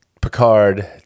Picard